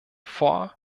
vor